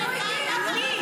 --- מי?